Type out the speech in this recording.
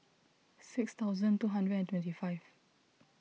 six thousand two hundred and twenty five